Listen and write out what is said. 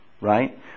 right